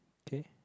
okay